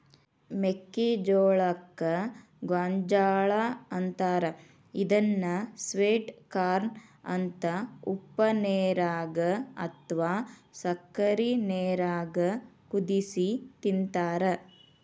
ಮೆಕ್ಕಿಜೋಳಕ್ಕ ಗೋಂಜಾಳ ಅಂತಾರ ಇದನ್ನ ಸ್ವೇಟ್ ಕಾರ್ನ ಅಂತ ಉಪ್ಪನೇರಾಗ ಅತ್ವಾ ಸಕ್ಕರಿ ನೇರಾಗ ಕುದಿಸಿ ತಿಂತಾರ